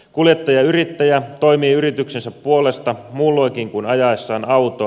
kuljettajayrittäjä toimii yrityksensä puolesta muulloinkin kuin ajaessaan autoa